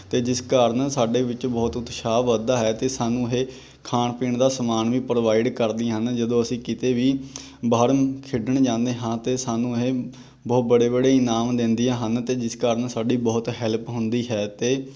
ਅਤੇ ਜਿਸ ਕਾਰਨ ਸਾਡੇ ਵਿੱਚ ਬਹੁਤ ਉਤਸ਼ਾਹ ਵੱਧਦਾ ਹੈ ਅਤੇ ਸਾਨੂੰ ਇਹ ਖਾਣ ਪੀਣ ਦਾ ਸਮਾਨ ਵੀ ਪ੍ਰੋਵਾਈਡ ਕਰਦੀਆਂ ਹਨ ਜਦੋਂ ਅਸੀਂ ਕਿਤੇ ਵੀ ਬਾਹਰੋਂ ਖੇਡਣ ਜਾਂਦੇ ਹਾਂ ਤਾਂ ਸਾਨੂੰ ਇਹ ਬਹੁਤ ਬੜੇ ਬੜੇ ਇਨਾਮ ਦਿੰਦੀਆਂ ਹਨ ਅਤੇ ਜਿਸ ਕਾਰਨ ਸਾਡੀ ਬਹੁਤ ਹੈਲਪ ਹੁੰਦੀ ਹੈ ਅਤੇ